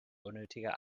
unnötiger